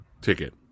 ticket